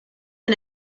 and